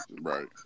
Right